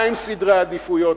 מה הם סדרי העדיפויות.